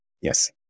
Yes